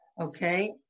Okay